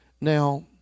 Now